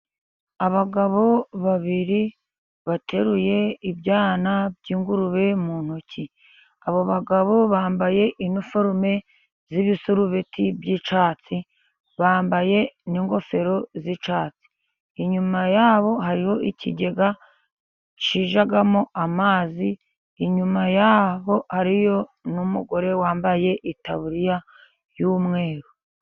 Abagabo babiri bateruye ibyana by'ingurube mu ntoki. Abo bagabo bambaye iniforume z'ibisurubeti by'icyatsi, bambaye n'ingofero z'icyatsi. Inyuma yabo hariho ikigega kijyamo amazi, inyuma yaho hariyo n'umugore wambaye itaburiya y'umweru.